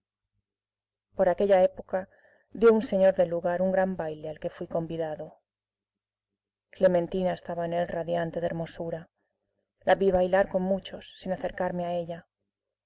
por aquella época dio un señor del lugar un gran baile al que fui convidado clementina estaba en él radiante de hermosura la vi bailar con muchos sin acercarme a ella